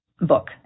book